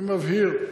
אני מבהיר,